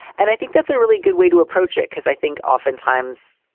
and i think that's a really good way to approach it, because i think oftentimes,